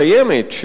קיימת,